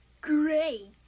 Great